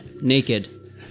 naked